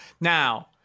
Now